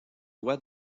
loi